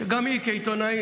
שגם היא, כעיתונאית